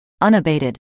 unabated